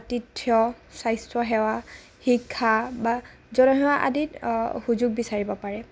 আতিথ্য স্বাস্থ্য সেৱা শিক্ষা বা জনসেৱা আদিত সুযোগ বিচাৰিব পাৰে